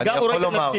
זה גם גורם למתים,